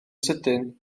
sydyn